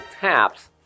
taps